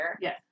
Yes